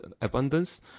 abundance